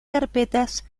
carpetas